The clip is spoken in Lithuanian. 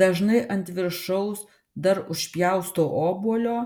dažnai ant viršaus dar užpjaustau obuolio